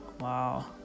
wow